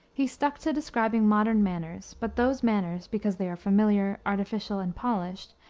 he stuck to describing modern manners but those manners, because they are familiar, artificial, and polished,